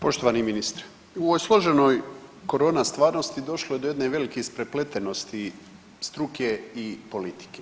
Poštovani ministre u složenoj korona stvarnosti došlo je do jedne velike isprepletenosti struke i politike.